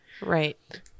Right